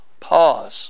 pause